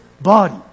body